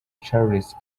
charles